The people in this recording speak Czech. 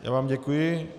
Já vám děkuji.